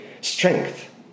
strength